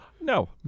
No